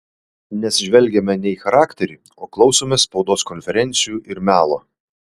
nes žvelgiame ne į charakterį o klausomės spaudos konferencijų ir melo